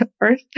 earth